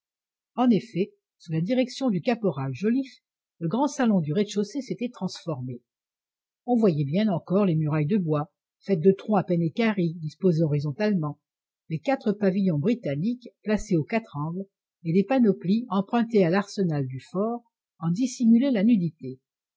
en effet sous la direction du caporal joliffe le grand salon du rez-de-chaussée s'était transformé on voyait bien encore les murailles de bois faites de troncs à peine équarris disposés horizontalement mais quatre pavillons britanniques placés aux quatre angles et des panoplies empruntées à l'arsenal du fort en dissimulaient la nudité